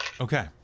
Okay